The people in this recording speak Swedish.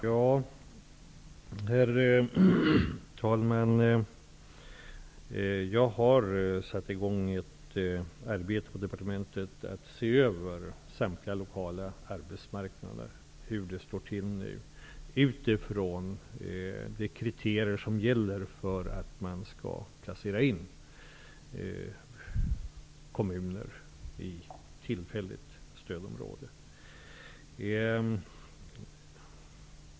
Herr talman! Jag har satt i gång ett arbete på departementet för att se över samtliga arbetsmarknader, utifrån de kriterier som gäller för att placera in kommuner i tillfälligt stödområde.